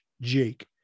Jake